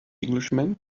englishman